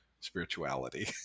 spirituality